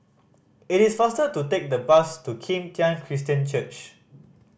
it is faster to take the bus to Kim Tian Christian Church